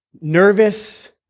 nervous